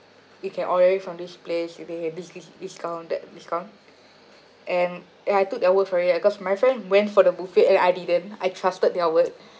you can order it from this place they have this this discount that discount and and I took their word for it because my friend went for the buffet and I didn't I trusted their word